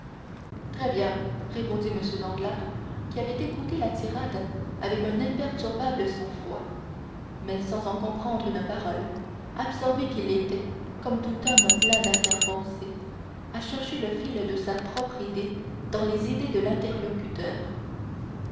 très bien répondit m danglars qui avait écouté la tirade avec un imperturbable sang-froid mais sans en comprendre une parole absorbé qu'il était comme tout homme plein darrière pensées à chercher le fil de sa propre idée dans les idées de l'interlocuteur